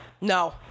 No